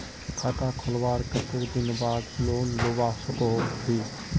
खाता खोलवार कते दिन बाद लोन लुबा सकोहो ही?